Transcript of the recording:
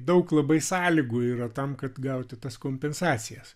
daug labai sąlygų yra tam kad gauti tas kompensacijas